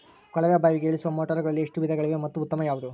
ಕೊಳವೆ ಬಾವಿಗೆ ಇಳಿಸುವ ಮೋಟಾರುಗಳಲ್ಲಿ ಎಷ್ಟು ವಿಧಗಳಿವೆ ಮತ್ತು ಉತ್ತಮ ಯಾವುದು?